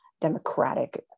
democratic